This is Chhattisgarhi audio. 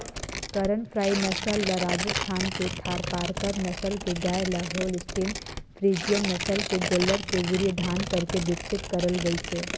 करन फ्राई नसल ल राजस्थान के थारपारकर नसल के गाय ल होल्सटीन फ्रीजियन नसल के गोल्लर के वीर्यधान करके बिकसित करल गईसे